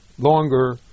longer